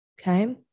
Okay